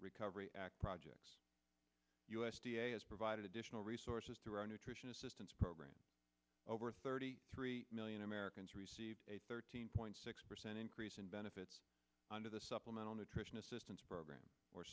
recovery act projects u s d a has provided additional resources through our nutrition assistance program over thirty three million americans receive a thirteen point six percent increase in benefits under the supplemental nutrition assistance program or